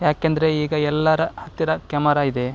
ಯಾಕೆಂದರೆ ಈಗ ಎಲ್ಲರ ಹತ್ತಿರ ಕ್ಯಮರಾ ಇದೆ